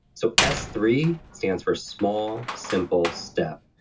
so s three stands for small, simple, step.